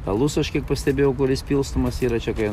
alus aš kiek pastebėjau kuris pilstomas yra čia kai